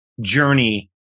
journey